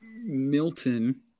Milton